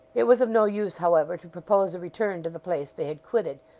it was of no use, however, to propose a return to the place they had quitted,